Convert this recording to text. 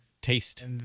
Taste